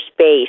space